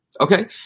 Okay